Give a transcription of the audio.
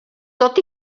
tot